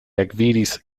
ekvidis